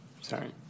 Sorry